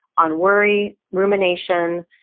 on worry, rumination,